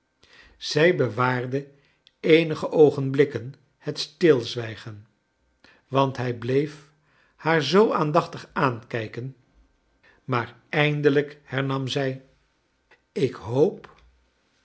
zij bewaarde eenige oogenblikken het stilzwijgen want hij bleef haar zoo aandachtig aankijken maar eindelijk hemam zij ik hoop